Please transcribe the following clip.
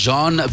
John